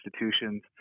institutions